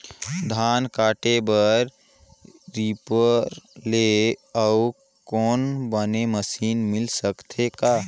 धान काटे बर रीपर ले अउ कोनो बने मशीन मिल सकथे का?